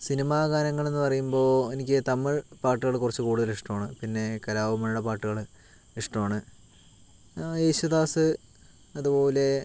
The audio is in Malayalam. സിനിമ ഗാനങ്ങളെന്ന് പറയുമ്പോൾ എനിക്ക് തമിഴ് പാട്ടുകൾ കുറച്ച് കൂടുതലിഷ്ടമാണ് പിന്നെ കലാഭൻ മണിയുടെ പാട്ടുകൾ ഇഷ്ടമാണ് യേശുദാസ് അതുപോലെ